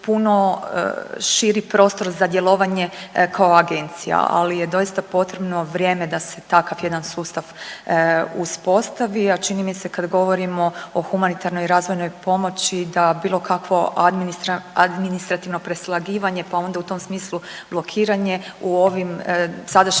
puno širi prostor za djelovanje kao agencija, ali je doista potrebno vrijeme da se takav jedan sustav uspostavi. A čini mi se kad govorimo o humanitarnoj razvojnoj pomoći da bilo kakvo administrativno preslagivanje, pa onda u tom smislu blokiranje u ovim sadašnjim